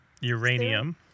Uranium